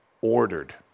ordered